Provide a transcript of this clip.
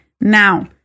Now